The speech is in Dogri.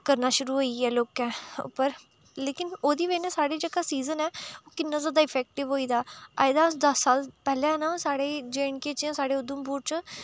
करना शुरू होई ऐ लोकें पर लेकिन ओह्दी बजह् नै साढ़ी जेह्का सीजन ऐ ओह् कि'न्ना जादा इफेक्टिव होई दा अज्ज दा दस साल पैह्ले ना साढे़ जे एंड के च जां साढ़े उधमपुर च